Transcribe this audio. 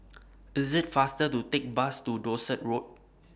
It's faster to Take The Bus to Dorset Road